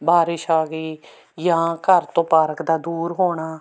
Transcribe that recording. ਬਾਰਿਸ਼ ਆ ਗਈ ਜਾਂ ਘਰ ਤੋਂ ਪਾਰਕ ਦਾ ਦੂਰ ਹੋਣਾ